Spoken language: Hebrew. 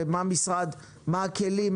מה הכלים,